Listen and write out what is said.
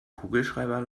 kugelschreiber